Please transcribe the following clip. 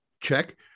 check